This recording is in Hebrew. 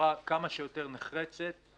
בצורה כמה שיותר נחרצת.